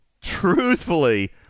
truthfully